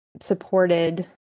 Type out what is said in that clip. supported